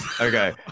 Okay